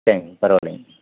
சரிங்க பரவால்லைங்க